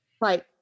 Right